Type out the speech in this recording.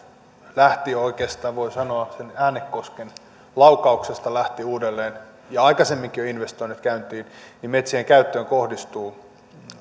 lähti oikeastaan voi sanoa äänekosken laukauksesta uudelleen ja aikaisemminkin jo investoinnit käyntiin niin metsien käyttöön kohdistuu